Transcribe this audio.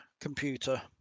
computer